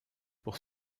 pour